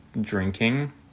drinking